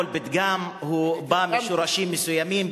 כל פתגם בא משורשים מסוימים,